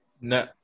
No